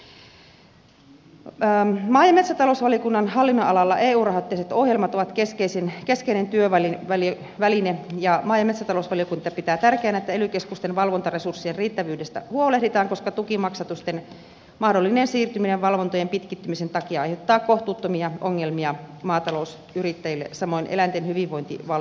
maa ja metsätalousvaliokunnan hallinnonalalla eu rahoitteiset ohjelmat ovat keskeinen työväline ja maa ja metsätalousvaliokunta pitää tärkeänä että ely keskusten valvontaresurssien riittävyydestä huolehditaan koska tukimaksatusten mahdollinen siirtyminen valvontojen pitkittymisen takia aiheuttaa kohtuuttomia ongelmia maatalousyrittäjille samoin eläinten hyvinvointivalvontoihin liittyvät tarkastukset